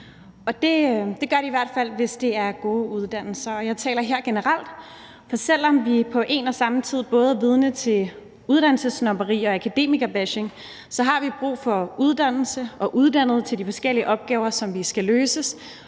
det gør de i hvert fald, hvis det er gode uddannelser, og jeg taler her generelt, for selv om vi på en og samme tid både er vidne til uddannelsessnobberi og akademikerbashing, har vi brug for uddannelse og uddannede til de forskellige opgaver, som skal løses,